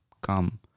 come